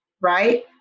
right